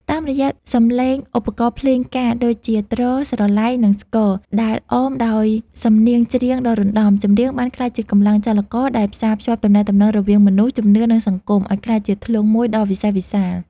តាមរយៈសម្លេងឧបករណ៍ភ្លេងការដូចជា ទ្រ ស្រឡៃ និងស្គរ ដែលអមដោយសំនៀងច្រៀងដ៏រណ្តំ ចម្រៀងបានក្លាយជាកម្លាំងចលករដែលផ្សារភ្ជាប់ទំនាក់ទំនងរវាងមនុស្ស ជំនឿ និងសង្គម ឱ្យក្លាយជាធ្លុងមួយដ៏វិសេសវិសាល។